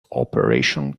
operation